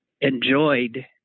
enjoyed